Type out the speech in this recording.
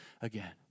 again